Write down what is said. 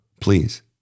please